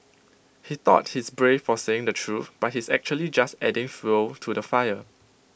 he thought he's brave for saying the truth but he's actually just adding fuel to the fire